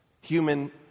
human